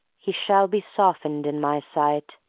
he shall be softened in my sight,